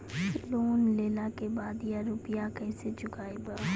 Loan लेला के बाद या रुपिया केसे चुकायाबो?